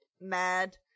mad